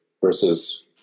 versus